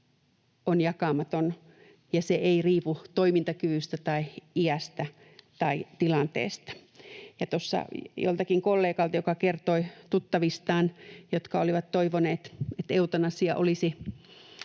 on jakamaton, ja se ei riipu toimintakyvystä tai iästä tai tilanteesta. Tuossa joku kollega kertoi tuttavistaan, jotka olivat toivoneet, että eutanasia olisi